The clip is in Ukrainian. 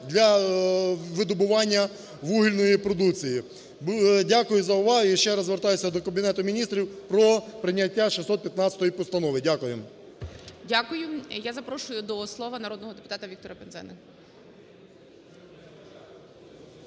для видобування вугільної продукції. Дякую за увагу. Я ще раз звертаюся до Кабінету Міністрів про прийняття 615 постанови. Дякуємо. ГОЛОВУЮЧИЙ. Дякую. Я запрошую до слова народного депутата Віктора Пинзеника.